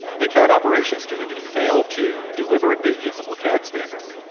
the cad operations committee failed to deliver a usable cad standard.